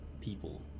people